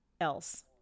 else